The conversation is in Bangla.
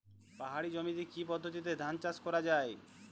পাহাড়ী জমিতে কি পদ্ধতিতে ধান চাষ করা যায়?